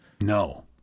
No